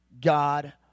God